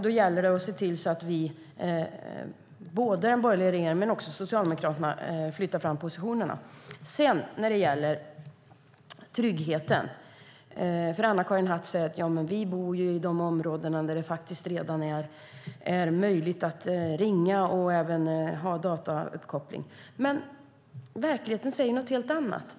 Det gäller att se till att både den borgerliga regeringen och Socialdemokraterna flyttar fram positionerna. När det gäller tryggheten säger Anna-Karin Hatt att vi bor i de områden där det redan är möjligt att ringa och ha datauppkoppling. Men verkligheten säger någonting helt annat.